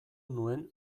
nuen